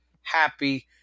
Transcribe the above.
happy